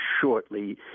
shortly